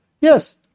Yes